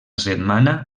setmana